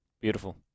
Beautiful